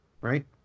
right